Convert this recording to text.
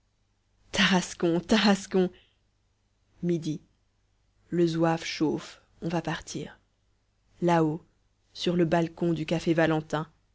tarascon tarascon midi le zouave chauffe on va partir là-haut sur le balcon du café valentin